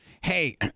Hey